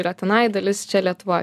yra tenai dalis čia lietuvoj